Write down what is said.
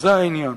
וזה העניין.